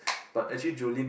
but actually Julin